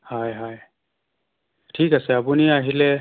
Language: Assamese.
হয় হয় ঠিক আছে আপুনি আহিলে